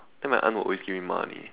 then my aunt will always give me money